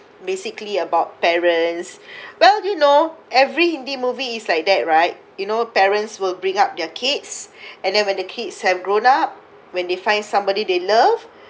basically about parents well you know every hindi movie is like that right you know parents will bring up their kids and then when the kids have grown up when they find somebody they love